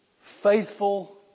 faithful